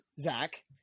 Zach